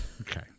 Okay